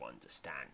understand